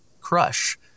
crush